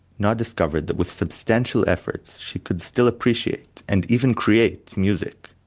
noa discovered that with substantial effort s she could still appreciate, and even create, music.